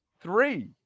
Three